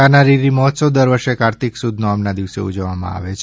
તાનારીરી મહોત્સવ દર વર્ષે કારતક સુદ નોમના દિવસે ઉજવવામાં આવે છે